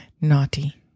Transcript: Naughty